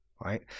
right